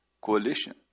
coalition